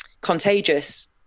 contagious